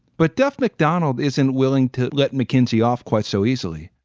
but duff mcdonald isn't willing to let mckinsey off quite so easily